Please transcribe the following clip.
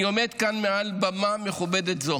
אני עומד כאן, מעל במה מכובדת זו,